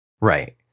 Right